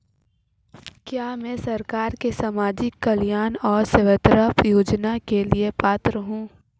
क्या मैं सरकार के सामाजिक कल्याण और स्वास्थ्य योजना के लिए पात्र हूं?